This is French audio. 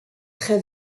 très